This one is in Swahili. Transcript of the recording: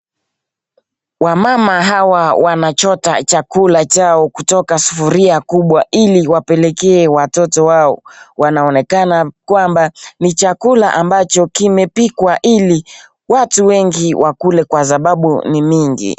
Wamama hawa wanachota chakula chao kutoka sufuria kubwa ili wapelekee watoto wao. Wanaonekana kwamba ni chakula ambacho kimepikwa ili watu wengi wakule kwa sababu ni mingi.